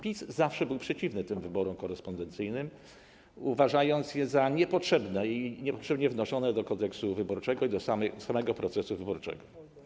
PiS zawsze był przeciwny wyborom korespondencyjnym, uważając je za niepotrzebne i niepotrzebnie wnoszone do Kodeksu wyborczego oraz samego procesu wyborczego.